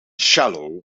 shallow